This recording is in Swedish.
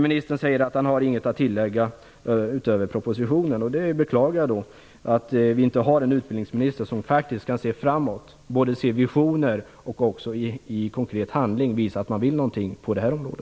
Ministern säger att han inte har något att tillägga utöver propositionen. Jag beklagar att vi inte har en utbildningsminister som kan se framåt och både i visioner och i konkret handling visa att regeringen vill någonting på detta område.